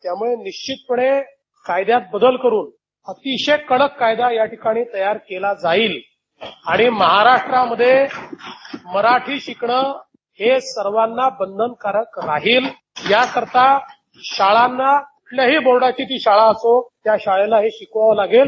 त्यामुळे निश्चितपणे कायद्यात बदल करुन अतिशय कडक कायदा याठिकाणी तयार केला जाई आणि महाराष्ट्रामध्ये मराठी शिकणं हे सर्वाना बंधन कारक राहील याकरता शाळांना कोणत्याही बोर्डाची ती शाळा असो त्या शाळेला हे शिकवावं लागेल